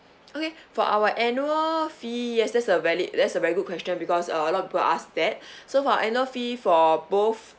okay for our annual fee yes that's a valid that's a very good question because uh a lot of people ask that so for annual fee for both